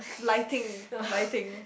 lighting lighting